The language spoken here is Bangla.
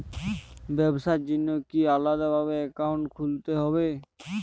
ব্যাবসার জন্য কি আলাদা ভাবে অ্যাকাউন্ট খুলতে হবে?